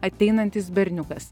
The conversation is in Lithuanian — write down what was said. ateinantis berniukas